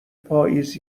پاییز